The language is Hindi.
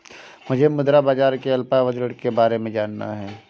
मुझे मुद्रा बाजार के अल्पावधि ऋण के बारे में जानना है